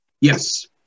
Yes